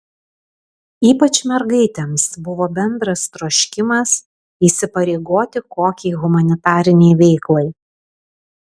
ypač mergaitėms buvo bendras troškimas įsipareigoti kokiai humanitarinei veiklai